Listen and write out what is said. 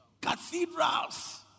cathedrals